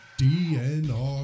DNR